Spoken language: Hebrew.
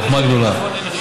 חוכמה גדולה.